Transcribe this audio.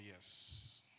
yes